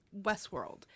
Westworld